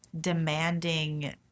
demanding